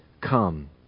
Come